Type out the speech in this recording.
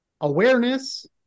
Awareness